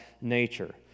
nature